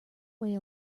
way